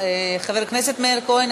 חבר הכנסת מאיר כהן,